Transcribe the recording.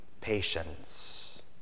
patience